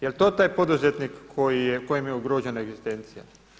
Je li to taj poduzetnik kojemu je ugrožena egzistencija?